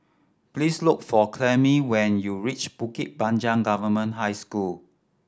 please look for Clemie when you reach Bukit Panjang Government High School